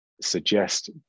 suggest